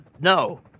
No